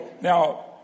Now